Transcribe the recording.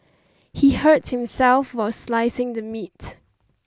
he hurt himself while slicing the meat